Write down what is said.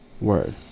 Word